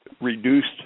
reduced